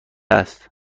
است